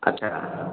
ଆଚ୍ଛା